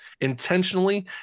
intentionally